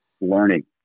learning